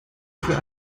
für